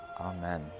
Amen